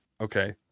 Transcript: Okay